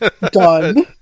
Done